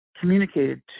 communicated